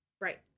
Right